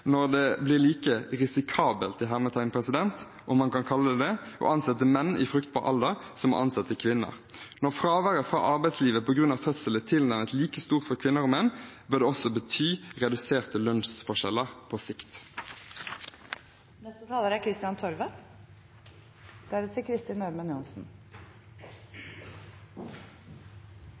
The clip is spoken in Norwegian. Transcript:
når det blir like risikabelt – om man kan kalle det det – å ansette menn som å ansette kvinner i fruktbar alder. Når fraværet fra arbeidslivet på grunn av en fødsel er tilnærmet like stort for kvinner og menn, bør det også bety reduserte lønnsforskjeller på